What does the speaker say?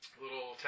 little